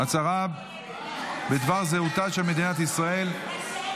הצהרה בדבר זהותה של מדינת ישראל).